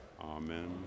Amen